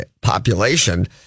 population